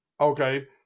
Okay